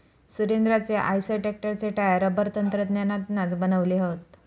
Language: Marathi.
सुरेंद्राचे आईसर ट्रॅक्टरचे टायर रबर तंत्रज्ञानातनाच बनवले हत